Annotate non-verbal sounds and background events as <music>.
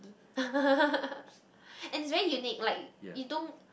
<laughs> and is very unique like you don't